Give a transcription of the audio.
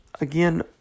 again